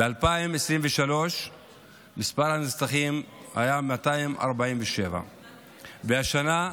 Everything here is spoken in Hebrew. ב-2023 מספר הנרצחים היה 247. השנה,